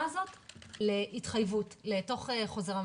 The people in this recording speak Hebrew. הזאת להתחייבות ולהכניס את זה לתוך חוזר המנכ"ל.